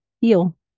heal